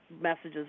messages